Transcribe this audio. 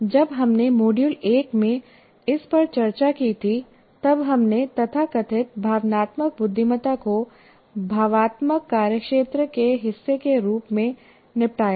जब हमने मॉड्यूल 1 में इस पर चर्चा की थी तब हमने तथाकथित भावनात्मक बुद्धिमत्ता को भावात्मक कार्यक्षेत्र के हिस्से के रूप में निपटाया था